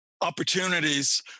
opportunities